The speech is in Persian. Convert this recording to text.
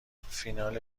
فینال